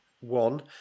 one